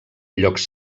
llocs